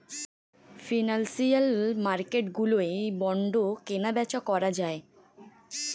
financial মার্কেটগুলোয় bond কেনাবেচা করা যায়